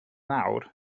nawr